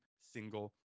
single